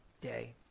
day